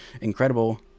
incredible